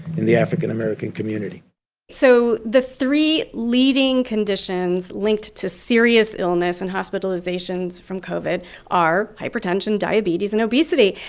in the african american community so the three leading conditions linked to serious illness and hospitalizations from covid are hypertension, diabetes and obesity.